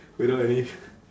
without any